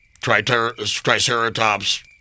Triceratops